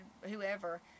whoever